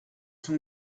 sont